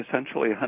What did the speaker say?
essentially